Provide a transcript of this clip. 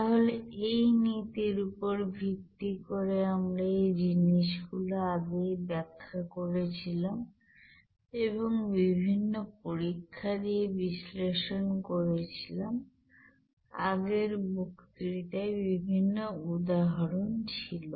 তাহলে এই নীতির উপর ভিত্তি করে আমরা এই জিনিসগুলো আগেই ব্যাখ্যা করেছিলাম এবং বিভিন্ন পরীক্ষা দিয়ে বিশ্লেষণ করেছিলাম এবং আগের বক্তৃতায় বিভিন্ন উদাহরণ ছিল